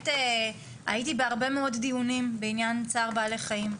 הייתי בהרבה מאוד דיונים בעניין צער בעלי חיים.